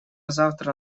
завтра